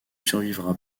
survivra